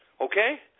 Okay